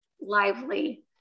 lively